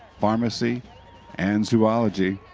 pharmacy and zoology.